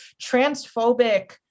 transphobic